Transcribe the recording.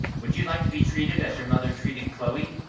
would you like to be treated as your mother treated chloe?